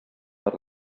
per